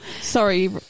sorry